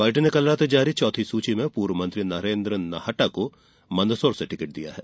party ने कल रात जारी चौथी सुची में पूर्व मंत्री नरेन्द्र नाहटा को मंदसौर से टिकट दिया है